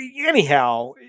anyhow